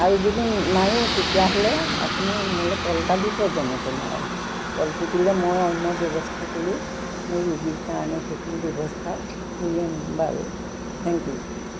আৰু যদি নাইও তেতিয়াহ'লে আপুনি মোলৈ কল এটা দিব যেনে তেনে আৰু কলটো দিলে মই অন্য ব্যৱস্থা কৰি মোৰ ৰোগীৰ কাৰণে সেইখিনি ব্যৱস্থা কৰি আনিম বাৰু থেংক ইউ